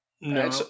No